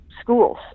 schools